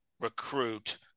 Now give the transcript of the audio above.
recruit